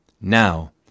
Now